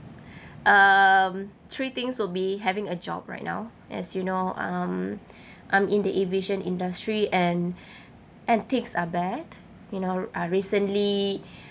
um three things will be having a job right now as you know um I'm in the aviation industry and and things are bad you know uh recently